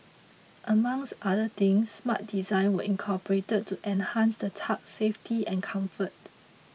amongs other things smart designs were incorporated to enhance the tug's safety and comfort